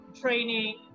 training